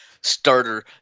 starter